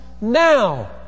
now